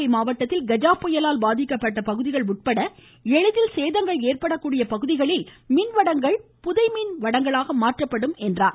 நாகை மாவட்டத்தில் கஜாபுயலால் பாதிக்கப்பட்ட பகுதிகள் உட்பட எளிதில் சேதங்கள் ஏற்படக்கூடிய பகுதிகளில் மின்வடங்கள் புதைமின் வடங்களாக மாற்றப்படும் என்றார்